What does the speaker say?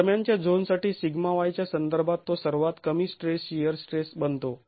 दरम्यानच्या झोनसाठी σy च्या संदर्भात तो सर्वात कमी स्ट्रेस शिअर स्ट्रेस बनतो